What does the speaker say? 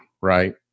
Right